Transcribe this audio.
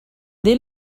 they